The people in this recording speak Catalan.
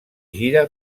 gira